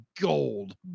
gold